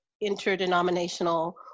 interdenominational